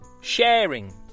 sharing